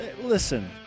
Listen